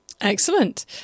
Excellent